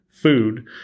food